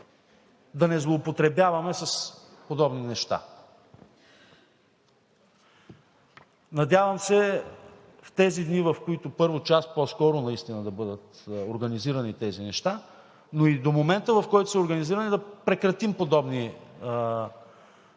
да не злоупотребяваме с подобни неща. Надявам се в тези дни, в които час по-скоро наистина да бъдат организирани тези неща, но и до момента, в който са организирани, да прекратим подобни